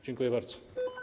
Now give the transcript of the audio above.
Dziękuję bardzo.